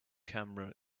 camera